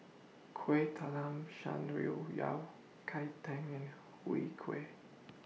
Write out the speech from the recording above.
Kueh Talam Shan Rui Yao Cai Tang and Chwee Kueh